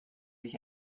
sich